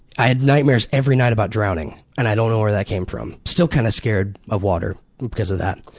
i had nightmares every night about drowning and i don't know where that came from. still kind of scared of water because of that.